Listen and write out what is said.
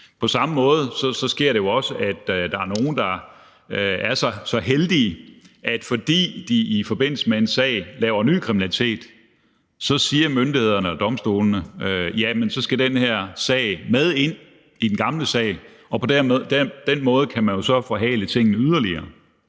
På samme måde sker det jo også, at der er nogle, der er så heldige, at fordi de i forbindelse med en sag begår ny kriminalitet, så siger myndighederne og domstolene, at den nye sag skal med ind under den gamle sag, og på den måde kan man jo så forhale tingene yderligere.